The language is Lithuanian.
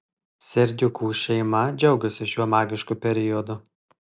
serdiukų šeima džiaugiasi šiuo magišku periodu